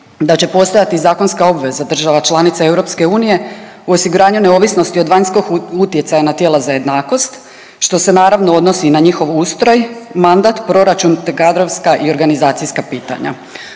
da će postojati zakonska obveza država članica EU u osiguranju neovisnosti od vanjskog utjecaja na tijela za jednakost, što se naravno odnosi i na njihov ustroj, mandata, proračun te kadrovska i organizacijska pitanja